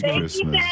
Christmas